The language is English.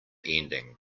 ending